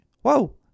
Whoa